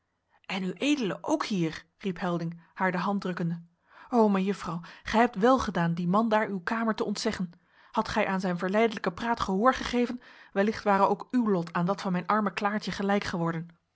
en ued ook hier riep helding haar de hand drukkende o mejuffrouw gij hebt welgedaan dien man daar uw kamer te ontzeggen hadt gij aan zijn verleidelijken praat gehoor gegeven wellicht ware ook uw lot aan dat van mijn arme klaartje gelijk geworden